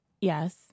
Yes